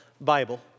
Bible